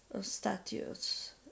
statues